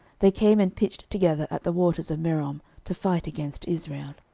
they came and pitched together at the waters of merom, to fight against israel.